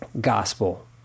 gospel